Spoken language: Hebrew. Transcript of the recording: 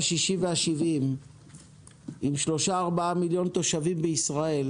ה-60 וה-70 עם 4-3 מיליון תושבים בישראל